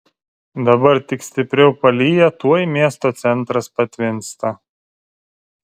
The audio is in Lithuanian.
dabar tik stipriau palyja tuoj miesto centras patvinsta